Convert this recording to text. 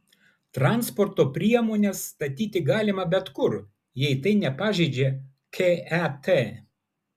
transporto priemones statyti galima bet kur jei tai nepažeidžia ket